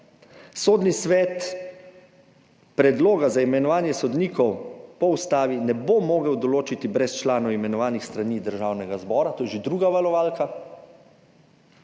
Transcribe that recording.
Sodni svet predloga za imenovanje sodnikov po ustavi ne bo mogel določiti brez članov, imenovanih s strani Državnega zbora, to je že druga varovalka.